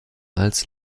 als